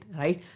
right